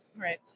Right